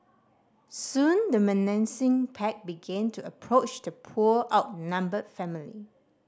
soon the menacing pack began to approach the poor outnumbered family